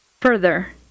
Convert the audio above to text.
Further